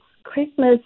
Christmas